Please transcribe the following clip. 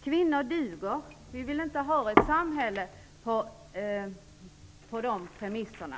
Kvinnor duger. Vi vill inte ha ett samhälle på de här premisserna.